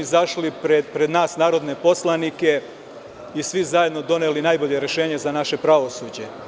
izašli pred nas narodne poslanike i svi zajedno doneli najbolje rešenje za naše pravosuđe.